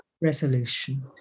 resolution